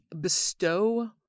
bestow